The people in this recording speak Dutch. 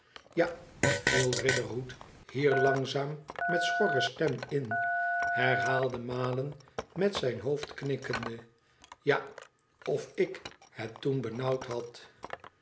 ja viel riderhood hier langzaam met schorre stem in herhaalde malen met zijn hoofd knikkend ja f ik het toen benauwd had